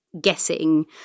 guessing